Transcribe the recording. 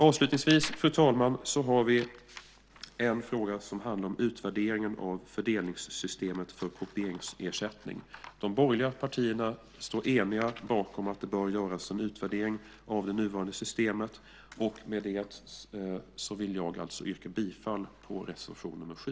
Avslutningsvis, fru talman, har vi en fråga som handlar om utvärderingen av fördelningssystemet för kopieringsersättning. De borgerliga partierna står eniga bakom att det bör göras en utvärdering av det nuvarande systemet. Med detta vill jag yrka bifall till reservation nr 7.